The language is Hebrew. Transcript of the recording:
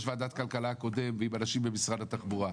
ועדת הכלכלה הקודם ועם אנשים במשרד התחבורה.